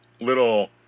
little